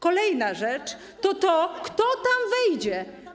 Kolejna rzecz to to, kto tam wejdzie.